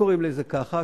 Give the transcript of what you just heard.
קוראים לזה כך,